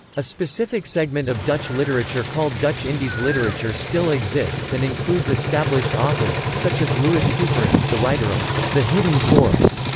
a specific segment of dutch literature called dutch indies literature still exists and includes established authors, such as louis couperus, the writer of the hidden force,